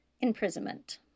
imprisonment